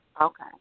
okay